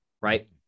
Right